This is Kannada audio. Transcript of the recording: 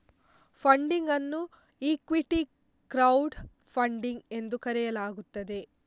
ಫಂಡಿಂಗ್ ಅನ್ನು ಈಕ್ವಿಟಿ ಕ್ರೌಡ್ ಫಂಡಿಂಗ್ ಎಂದು ಕರೆಯಲಾಗುತ್ತದೆ